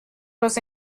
was